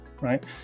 right